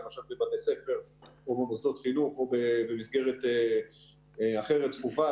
למשל בבתי ספר או במוסדות חינוך או במסגרת אחרת צפופה,